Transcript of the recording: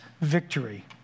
victory